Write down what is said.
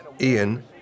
Ian